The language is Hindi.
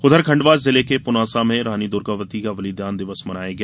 उधर खण्डवा जिले के पुनासा में रानी दुर्गावती का बलिदान दिवस मनाया गया